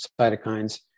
cytokines